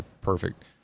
perfect